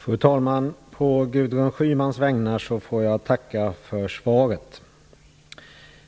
Fru talman! På Gudrun Schymans vägnar får jag tacka för svaret.